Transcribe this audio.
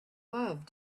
love